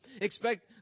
Expect